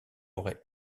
aurait